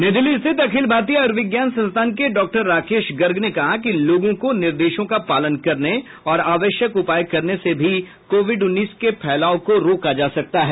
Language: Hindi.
नई दिल्ली स्थित अखिल भारतीय आयुर्विज्ञान संस्थान के डॉक्टर राकेश गर्ग ने कहा कि लोगों को निर्देशों का पालन करने और आवश्यक उपाय करने से भी कोविड उन्नीस के फैलाव को रोका जा सकता है